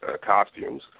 costumes